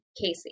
Casey